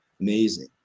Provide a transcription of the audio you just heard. amazing